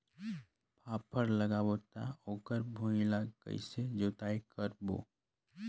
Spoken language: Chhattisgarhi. फाफण लगाबो ता ओकर भुईं ला कइसे जोताई करबो?